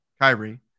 Kyrie